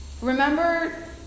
Remember